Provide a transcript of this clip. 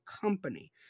company